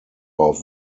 auf